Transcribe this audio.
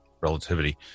relativity